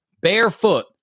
barefoot